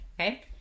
Okay